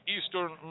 Eastern